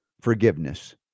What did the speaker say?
forgiveness